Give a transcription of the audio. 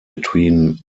between